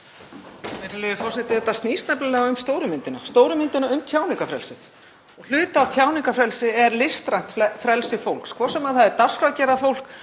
Þetta snýst nefnilega um stóru myndina. Stóru myndina um tjáningarfrelsið. Hluti af tjáningarfrelsi er listrænt frelsi fólks, hvort sem það er dagskrárgerðarfólk,